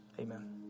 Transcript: Amen